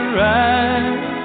ride